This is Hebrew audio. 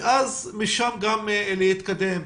ומשם להתקדם,